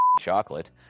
chocolate